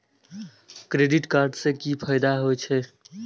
Credit card से कि फायदा होय छे?